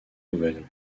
nouvelles